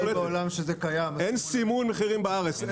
אין סימון מחירים בארץ.